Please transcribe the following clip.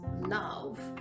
love